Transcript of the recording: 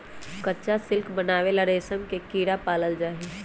कच्चा सिल्क बनावे ला रेशम के कीड़ा पालल जाई छई